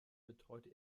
betreute